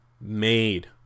made